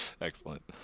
Excellent